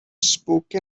spoke